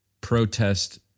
protest